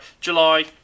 July